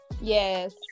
Yes